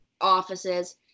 offices